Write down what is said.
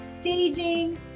staging